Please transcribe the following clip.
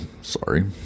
sorry